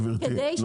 גבירתי,